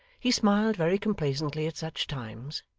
he smiled very complacently at such times,